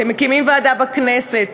אתם מקימים ועדה בכנסת,